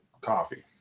coffee